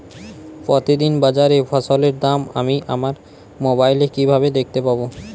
প্রতিদিন বাজারে ফসলের দাম আমি আমার মোবাইলে কিভাবে দেখতে পাব?